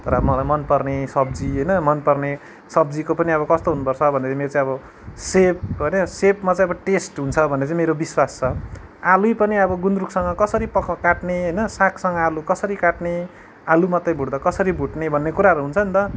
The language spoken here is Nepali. तर अब मलाई मनपर्ने सब्जी होइन मनपर्ने सब्जीको पनि अब कस्तो हुनुपर्छ भन्दाखेरि मेरो चाहिँ अब सेप होइन सेपमा चाहिँ टेस्ट हुन्छ भन्ने मेरो विश्वास छ आलु नै पनि गुन्द्रुकसँग कसरी पक काट्ने सागसँग आलु कसरी काट्ने आलु मात्रै भुट्दा कसरी भुट्ने भन्ने कुराहरू हन्छ नि त